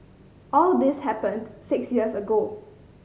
all this happened six years ago